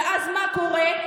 ואז מה קורה?